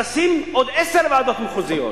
תשים עוד עשר ועדות מחוזיות.